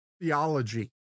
theology